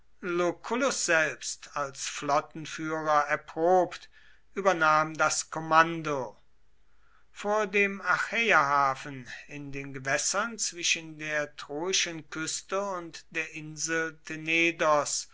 selbst als flottenführer erprobt übernahm das kommando vor dem achäerhafen in den gewässern zwischen der troischen küste und der insel